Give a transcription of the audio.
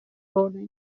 برده